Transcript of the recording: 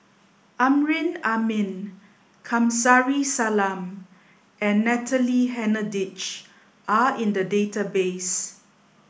Amrin Amin Kamsari Salam and Natalie Hennedige are in the database